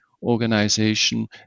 Organization